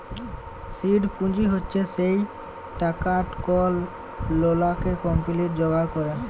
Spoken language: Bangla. সিড পুঁজি হছে সে টাকাট কল লকাল কম্পালি যোগাড় ক্যরে